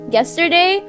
Yesterday